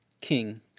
King